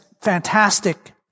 fantastic